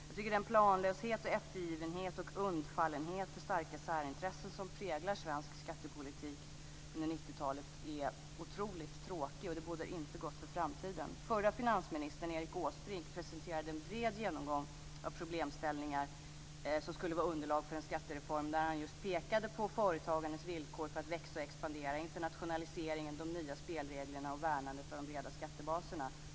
Jag tycker att den planlöshet, eftergivenhet och undfallenhet för starka särintressen som präglat svensk skattepolitik under 90-talet är otroligt tråkig. Den bådar inte gott för framtiden. Förre finansministern Erik Åsbrink presenterade en bred genomgång av problemställningar som skulle vara underlag för en skattereform, där han just pekade på företagens villkor för att växa och expandera, internationaliseringen, de nya spelreglerna och värnandet av de breda skattebaserna.